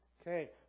Okay